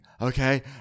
okay